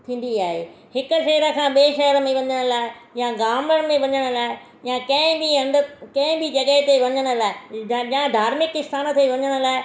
थींदी आहे हिकु शहर सां असां ॿिए शहर में वञण लाइ या गामण में वञण लाइ या कंहिं बि हंधि कंहिं बि जॻह ते वञण लाइ या धार्मिक स्थान ते वञण लाइ